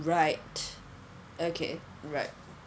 right okay right